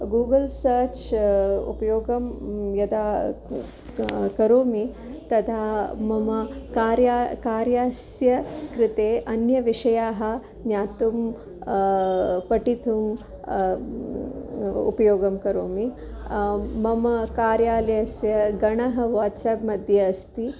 Google search उपयोगं यदा क करोमि तदा मम कार्या कार्यस्य कृते अन्य विषयाः ज्ञातुं पठितुम् उपयोगं करोमि मम कार्यालयस्य गणः वाट्साप्मध्ये अस्ति